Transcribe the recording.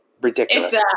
ridiculous